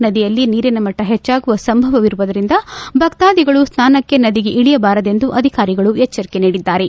ನದಿಯಲ್ಲಿ ನೀರಿನ ಮಟ್ಟ ಹೆಚ್ಚಾಗುವ ಸಂಭವವಿರುವುದರಿಂದ ಭಕ್ತಾದಿಗಳು ಸ್ನಾನಕ್ಕೆ ನದಿಗೆ ಇಳಿಯಬಾರೆಂದು ಅಧಿಕಾರಿಗಳು ಎಚ್ದರಿಕೆ ನೀಡಿದ್ದಾರೆ